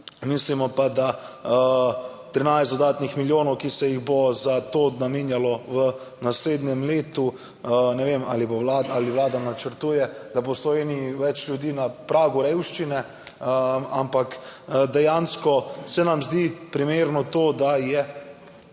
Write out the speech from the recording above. mislimo pa, da 13 dodatnih milijonov, ki se jih bo za to namenjalo v naslednjem letu, ne vem ali bo Vlada, ali Vlada načrtuje, da bo v Sloveniji več ljudi na pragu revščine, ampak dejansko se nam zdi primerno to, da je, da